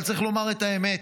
אבל צריך לומר את האמת.